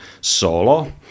solo